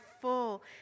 full